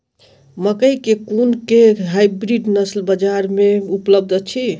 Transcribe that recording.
मकई केँ कुन केँ हाइब्रिड नस्ल बजार मे उपलब्ध अछि?